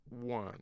one